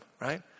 right